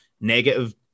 negative